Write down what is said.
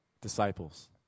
disciples